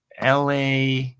la